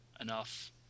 enough